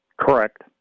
Correct